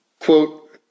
Quote